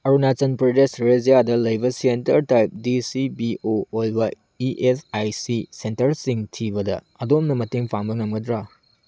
ꯑꯔꯨꯅꯥꯆꯜ ꯄ꯭ꯔꯗꯦꯁ ꯔꯥꯖ꯭ꯌꯥꯗ ꯂꯩꯕ centre type D C B O ꯑꯣꯏꯕ ꯏ ꯑꯦꯁ ꯑꯥꯏ ꯁꯤ ꯁꯦꯅꯇ꯭ꯔꯁꯤꯡ ꯊꯤꯕꯗ ꯑꯗꯣꯝꯅ ꯃꯇꯦꯡ ꯄꯥꯡꯕ ꯉꯝꯒꯗ꯭ꯔꯥ